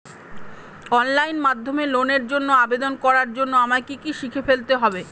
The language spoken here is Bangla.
অনলাইন মাধ্যমে লোনের জন্য আবেদন করার জন্য আমায় কি কি শিখে ফেলতে হবে?